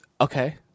Okay